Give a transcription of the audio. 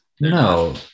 No